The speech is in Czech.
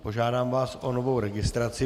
Požádám vás o novou registraci.